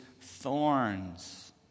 thorns